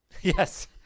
Yes